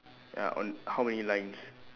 ya on how many lines